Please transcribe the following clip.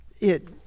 it-